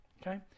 okay